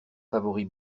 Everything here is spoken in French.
favoris